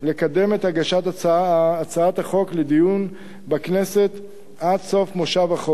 לקדם את הגשת הצעת החוק לדיון בכנסת עד סוף מושב החורף.